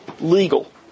legal